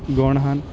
ਗੁਣ ਹਨ